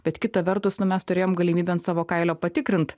bet kita vertus nu mes turėjom galimybę ant savo kailio patikrint